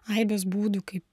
aibės būdų kaip